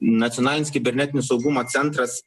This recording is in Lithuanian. nacionalinis kibernetinio saugumo centras